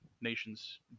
nations